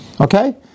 Okay